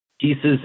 pieces